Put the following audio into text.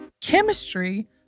chemistry